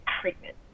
treatment